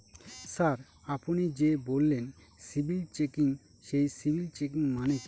Sir আপনি যে বললেন সিবিল চেকিং সেই সিবিল চেকিং মানে কি?